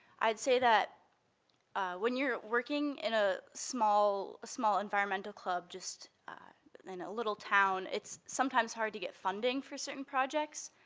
i'd say that when you're working in a small a small environmental club in just in a little town, it's sometimes hard to get funding for certain projects.